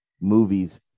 movies